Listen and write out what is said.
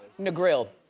in the grill.